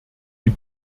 die